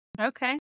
Okay